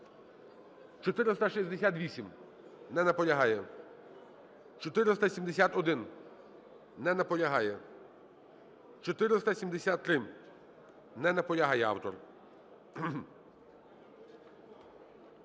468. Не наполягає. 471. Не наполягає. 473. Не наполягає автор.